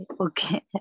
okay